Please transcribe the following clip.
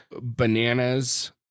bananas